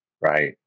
Right